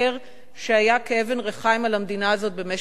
שהיה כאבן ריחיים על המדינה הזו במשך 64 שנים.